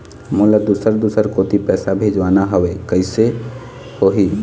मोला दुसर दूसर कोती पैसा भेजवाना हवे, कइसे होही?